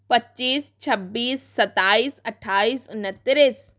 पच्चीस छब्बीस सत्ताईस अट्ठाईस उन्नत्तीस